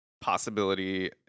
possibility